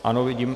Ano, vidím...